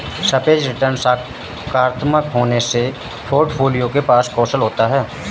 सापेक्ष रिटर्न सकारात्मक होने से पोर्टफोलियो के पास कौशल होता है